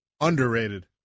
underrated